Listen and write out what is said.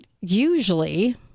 usually